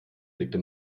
blickte